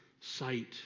sight